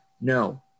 No